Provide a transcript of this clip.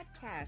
Podcast